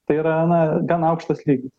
tai yra na gan aukštas lygis